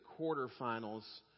quarterfinals